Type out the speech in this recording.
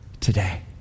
today